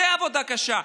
זה עבודה קשה.